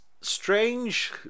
strange